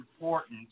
important